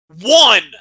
one